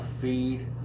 feed